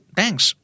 thanks